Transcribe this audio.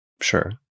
Sure